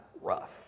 rough